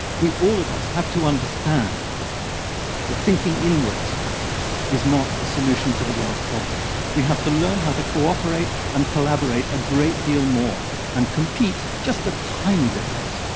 we, all of us, have to understand that thinking inwards is not the solution to the world's problems. we have to learn how to cooperate and collaborate a great deal more and compete just a tiny bit less.